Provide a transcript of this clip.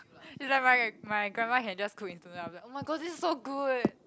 is like my my grandma can just cook in tonight then I'll be like oh-my-god this is so good